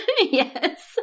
Yes